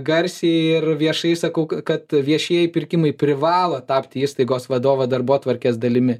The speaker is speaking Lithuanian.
garsiai ir viešai sakau kad viešieji pirkimai privalo tapti įstaigos vadovo darbotvarkės dalimi